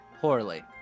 poorly